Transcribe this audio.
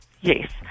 Yes